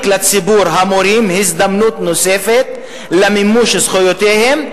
לציבור המורים הזדמנות נוספת למימוש זכויותיהם,